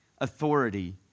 authority